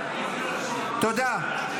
תודה.